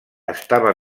estava